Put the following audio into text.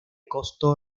costo